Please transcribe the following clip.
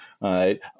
right